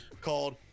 called